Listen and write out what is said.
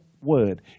word